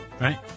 Right